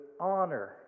honor